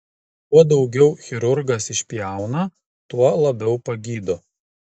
kuo daugiau chirurgas išpjauna tuo labiau pagydo